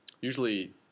usually